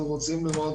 אנחנו רוצים לראות.